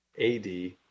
AD